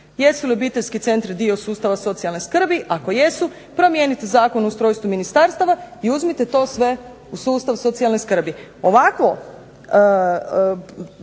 Jesu li obiteljski centri dio sustava socijalne skrbi, ako jesu promijenite Zakon o ustrojstvu ministarstava, i uzmite to sve u sustav socijalne skrbi.